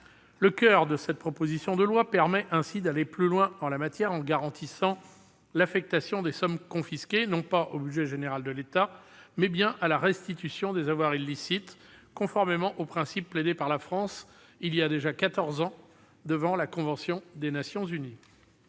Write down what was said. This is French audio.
Le coeur de cette proposition de loi permet d'aller plus loin en la matière en garantissant l'affectation des sommes confisquées non pas au budget général de l'État, mais bien à la restitution des avoirs illicites, conformément au principe plaidé par la France, voilà déjà quatorze ans, devant les Nations unies.